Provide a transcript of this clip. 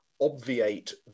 obviate